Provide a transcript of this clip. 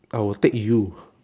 I will take you